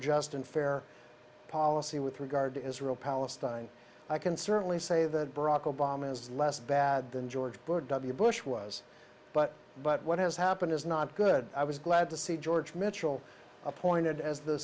just and fair policy with regard to israel palestine i can certainly say that barack obama is less bad than george bush w bush was but but what has happened is not good i was glad to see george mitchell appointed as the